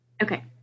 Okay